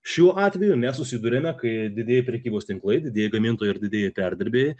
šiuo atveju mes susiduriame kai didieji prekybos tinklai didieji gamintojai ir didieji perdirbėjai